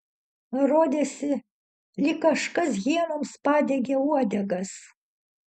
rodėsi lyg kažkas hienoms padegė uodegas